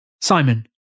Simon